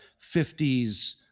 50s